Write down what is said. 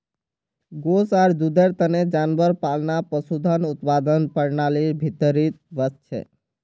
गोस आर दूधेर तने जानवर पालना पशुधन उत्पादन प्रणालीर भीतरीत वस छे